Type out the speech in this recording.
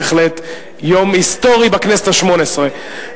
בהחלט יום היסטורי בכנסת השמונה-עשרה.